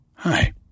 Hi